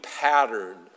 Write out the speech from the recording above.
pattern